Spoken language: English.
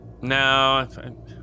No